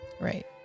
right